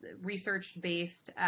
research-based